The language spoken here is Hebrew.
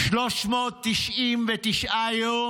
339 יום.